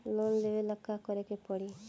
Loan लेबे ला का करे के पड़ी?